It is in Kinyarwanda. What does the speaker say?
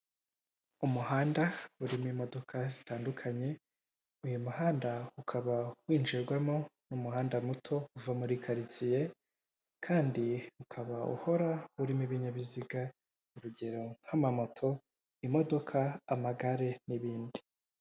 Umuhanda urimo imodoka zitandukanye, uyu muhanda ukaba winjirwamo n'umuhanda muto uva muri karitsiye kandi ukaba uhora urimo ibinyabiziga urugero nk'amamoto, imodoka, amagare n'ibindi.